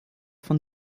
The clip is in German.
von